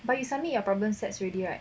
but you submit your problem sets already right